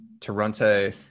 Toronto